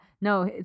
No